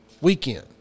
weekend